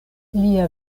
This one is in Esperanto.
lia